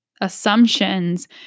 assumptions